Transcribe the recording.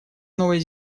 новой